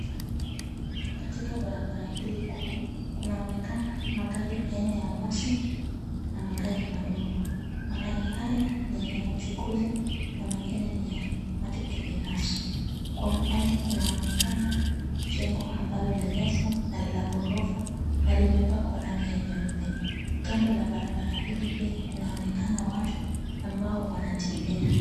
Katika barabara hili kuu, kunaonekana magari aina ya basi, na magari madogo. Magari haya, ni ya uchukuzi, na mengine ni ya watu kibinafsi. Kwa umbali kunaonekana, jengo ambalo ni refu, na ni la ghorofa, na limepakwa rangi ya nyeupe. Kando la barabara hili pia kunaonekana watu, ambao wanatembea.